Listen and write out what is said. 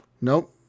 Nope